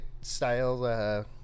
style